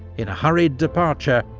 in a hurried departure,